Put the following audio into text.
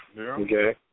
Okay